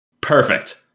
Perfect